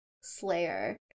Slayer